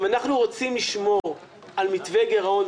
אם אנחנו רוצים לשמור על מתווה גרעון,